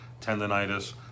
tendonitis